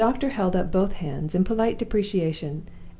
the doctor held up both hands, in polite deprecation,